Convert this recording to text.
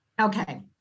Okay